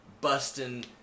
busting